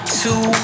two